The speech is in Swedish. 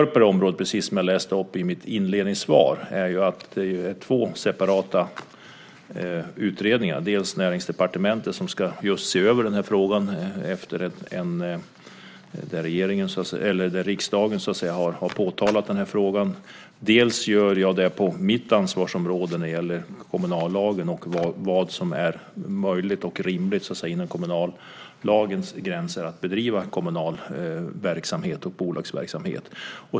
Precis som jag läste upp i mitt inledande svar har regeringen tillsatt två separata utredningar - dels inom Näringsdepartementet, som ska se över den här frågan efter att riksdagen har påtalat den, dels inom mitt eget ansvarsområde, där vi behandlar frågan vilken typ av kommunal verksamhet och bolagsverksamhet som är möjlig inom kommunallagens gränser.